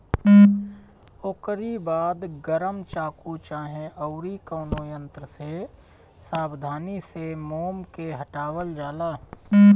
ओकरी बाद गरम चाकू चाहे अउरी कवनो यंत्र से सावधानी से मोम के हटावल जाला